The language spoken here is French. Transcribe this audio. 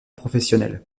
professionnel